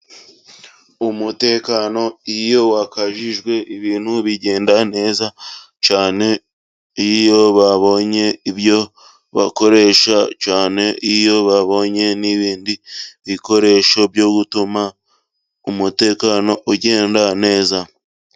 Umutekano iyo wakajijwe ibintu bigenda neza cyane, iyo babonye ibyo bakoresha cyane, iyo babonye n'ibindi bikoresho byo gutuma umutekano ugenda neza.